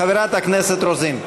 חברת הכנסת מיכל רוזין.